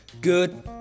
good